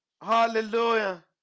hallelujah